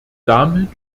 damit